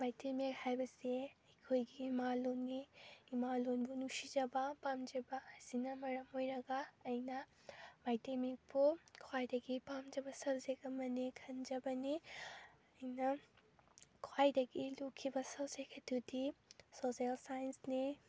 ꯃꯩꯇꯩ ꯃꯌꯦꯛ ꯍꯥꯏꯕꯁꯦ ꯑꯩꯈꯣꯏꯒꯤ ꯏꯃꯥ ꯂꯣꯟꯅꯤ ꯏꯃꯥ ꯂꯣꯟꯕꯨ ꯅꯨꯡꯁꯤꯖꯕ ꯄꯥꯝꯖꯕ ꯑꯁꯤꯅ ꯃꯔꯝ ꯑꯣꯏꯔꯒ ꯑꯩꯅ ꯃꯩꯇꯩ ꯃꯌꯦꯛꯄꯨ ꯈ꯭ꯋꯥꯏꯗꯒꯤ ꯄꯥꯝꯖꯕ ꯁꯕꯖꯦꯛ ꯑꯃꯅꯤ ꯈꯟꯖꯕꯅꯤ ꯑꯩꯅ ꯈ꯭ꯋꯥꯏꯗꯒꯤ ꯂꯨꯈꯤꯕ ꯁꯕꯖꯦꯛ ꯑꯗꯨꯗꯤ ꯁꯣꯁꯦꯜ ꯁꯥꯏꯟꯁꯅꯤ